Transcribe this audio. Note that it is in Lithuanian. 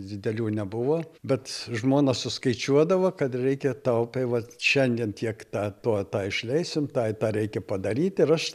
didelių nebuvo bet žmona suskaičiuodavo kad reikia tau tai vat šiandien tiek tą to tą išleisim tą tą reikia padaryt ir aš